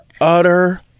utter